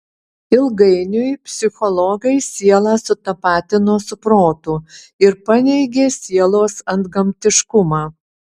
ilgainiui psichologai sielą sutapatino su protu ir paneigė sielos antgamtiškumą